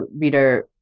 reader